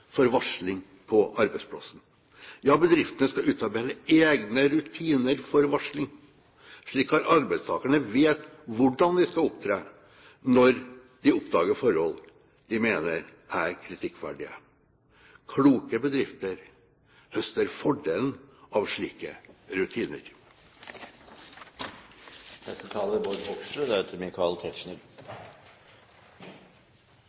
for varsling på arbeidsplassene. Ja, bedriftene skal utarbeide egne rutiner for varsling, slik at arbeidstakerne vet hvordan de skal opptre når de oppdager forhold de mener er kritikkverdige. Kloke bedrifter høster fordelen av slike rutiner. Først til den forrige representanten, som sier at Monsens fortelling er